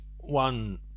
one